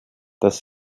dass